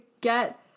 get